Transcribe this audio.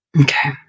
Okay